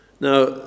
Now